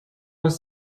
was